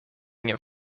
ingen